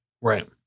right